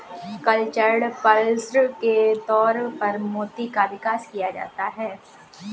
cultured pearls के तौर पर मोती का विकास किया जाता है